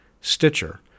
Stitcher